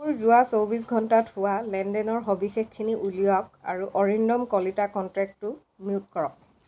মোৰ যোৱা চৌবিছ ঘণ্টাত হোৱা লেনদেনৰ সবিশেষখিনি উলিয়াওক আৰু অৰিন্দম কলিতা কণ্টেক্টটো মিউট কৰক